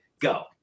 Go